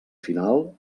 final